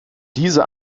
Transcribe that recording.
diese